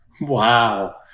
Wow